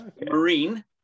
Marine